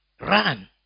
run